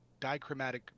dichromatic